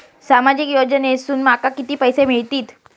सामाजिक योजनेसून माका किती पैशे मिळतीत?